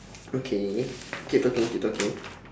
okay keep talking keep talking